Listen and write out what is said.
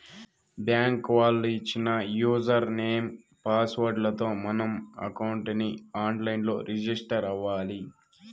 bank వాళ్ళు ఇచ్చిన user name, password లతో మనం అకౌంట్ ని ఆన్ లైన్ లో రిజిస్టర్ అవ్వాలి